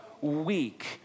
weak